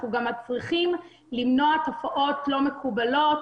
אנחנו גם צריכים למנוע תופעות לא מקובלות